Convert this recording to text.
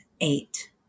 eight